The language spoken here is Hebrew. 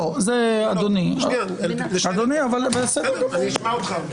לא אדוני, אבל אדוני --- בסדר, אני אשמע אותך.